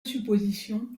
supposition